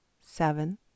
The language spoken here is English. seven